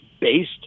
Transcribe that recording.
based